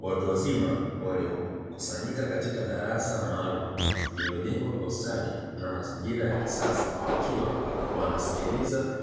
Watu wazima waliokusanyika katika darasa maalumu, lililojengwa kwa ustadi na mazingira ya kisasa, wakiwa wanasikiliza